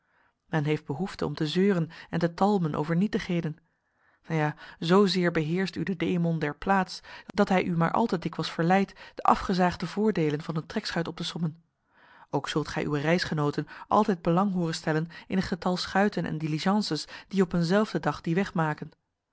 men heeft behoefte om te zeuren en te talmen over nietigheden ja zoozeer beheerscht u de demon der plaats dat hij u maar al te dikwijls verleidt de afgezaagde voordeelen van een trekschuit op te sommen ook zult gij uwe reisgenooten altijd belang hooren stellen in het getal schuiten en diligences die op een zelfden dag dien